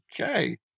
okay